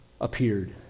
appeared